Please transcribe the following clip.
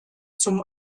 zum